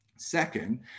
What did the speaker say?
Second